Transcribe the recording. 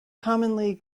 commonly